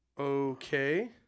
Okay